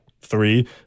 three